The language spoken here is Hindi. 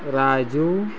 राजू